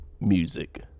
music